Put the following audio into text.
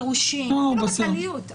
גירושין, אפילו בכלליות.